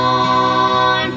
on